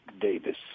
Davis